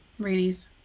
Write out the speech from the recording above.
rainies